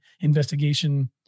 investigation